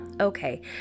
okay